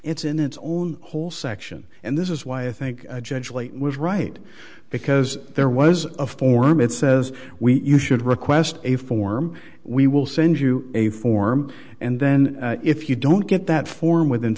it's in it's own whole section and this is why i think a judge late was right because there was a form it says we you should request a form we will send you a form and then if you don't get that form within